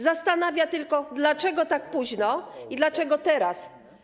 Zastanawia tylko, dlaczego tak późno i dlaczego teraz.